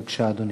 בבקשה, אדוני.